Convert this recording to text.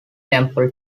temple